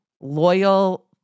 loyal